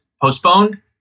postponed